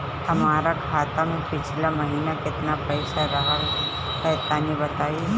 हमार खाता मे पिछला महीना केतना पईसा रहल ह तनि बताईं?